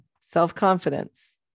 self-confidence